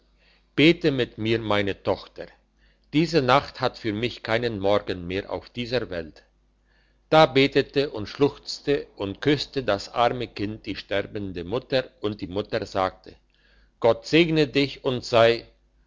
bete mit mir meine tochter diese nacht hat für mich keinen morgen mehr auf dieser welt da betete und schluchzte und küsste das arme kind die sterbende mutter und die mutter sagte gott segne dich und sei